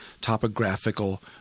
topographical